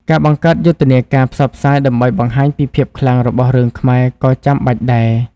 ការបង្កើតយុទ្ធនាការផ្សព្វផ្សាយដើម្បីបង្ហាញពីភាពខ្លាំងរបស់រឿងខ្មែរក៏ចាំបាច់ដែរ។